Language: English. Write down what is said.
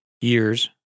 years